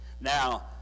Now